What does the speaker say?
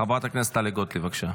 חברת הכנסת טלי גוטליב, בבקשה.